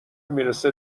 میرسه